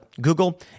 Google